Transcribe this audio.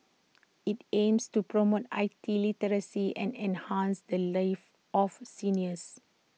IT aims to promote I T literacy and enhance the lives of seniors